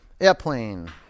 Airplane